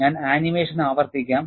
ഞാൻ ആനിമേഷൻ ആവർത്തിക്കാം